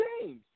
games